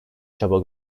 çaba